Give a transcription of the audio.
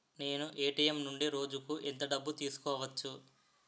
నేను ఎ.టి.ఎం నుండి రోజుకు ఎంత డబ్బు తీసుకోవచ్చు?